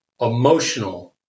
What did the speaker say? emotional